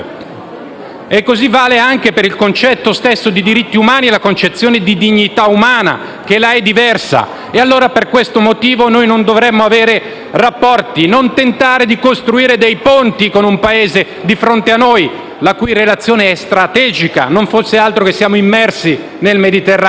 stesso vale anche per il concetto stesso di diritti umani e per la concezione di dignità umana, che là è diversa. Dunque, per questo motivo, non dovremmo avere rapporti e non dovremmo tentare di costruire dei ponti con un Paese che è di fronte a noi, la cui relazione è strategica, non fosse altro per il fatto che siamo immersi nel Mediterraneo